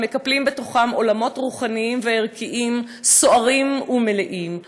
המקפלים בתוכם עולמות רוחניים וערכיים סוערים ומלאים.